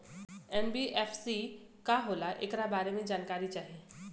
NBFC का होला ऐकरा बारे मे जानकारी चाही?